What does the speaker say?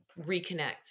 reconnect